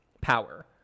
Power